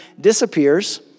disappears